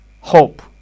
hope